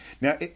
Now